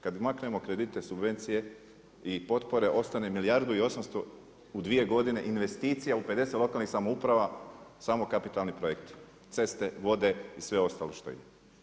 Kada i maknemo kredite, subvencije i potpore ostane milijardu i 800 u dvije godine investicija u 50 lokalnih samouprava samo kapitalni projekti, ceste, vode i sve ostalo što ide.